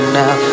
now